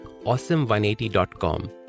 awesome180.com